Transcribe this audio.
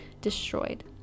destroyed